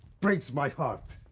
breaks my heart.